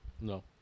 No